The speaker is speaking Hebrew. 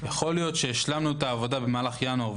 יכול להיות שהשלמנו את העבודה במהלך ינואר.